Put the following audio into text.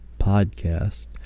Podcast